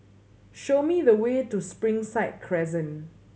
show me the way to Springside Crescent